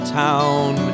town